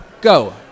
Go